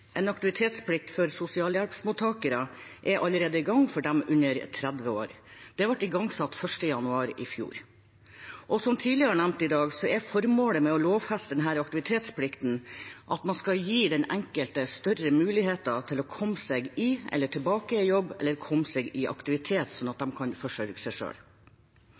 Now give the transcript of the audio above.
En aktivitetsplikt for sosialhjelpsmottakere er allerede i gang for dem under 30 år. Det ble igangsatt 1. januar i fjor. Som tidligere nevnt i dag er formålet med å lovfeste aktivitetsplikten at man skal gi den enkelte større muligheter til å komme seg i jobb eller tilbake i jobb eller komme seg i aktivitet, slik at de kan forsørge seg